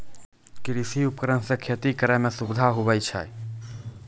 कृषि उपकरण से खेती करै मे सुबिधा हुवै छै